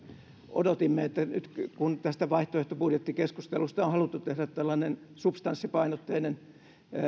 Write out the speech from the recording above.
odotimme että nyt kun tästä vaihtoehtobudjettikeskustelusta on haluttu tehdä tällainen substanssipainotteinen